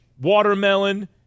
watermelon